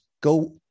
Go